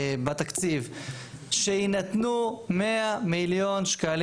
בתקציב שיינתנו 100 מיליון שקלים